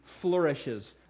flourishes